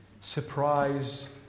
Surprise